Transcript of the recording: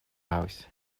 house